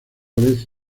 vez